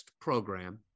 program